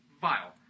vile